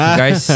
guys